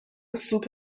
سوپ